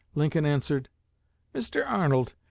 lincoln answered mr. arnold,